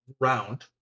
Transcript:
round